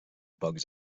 pocs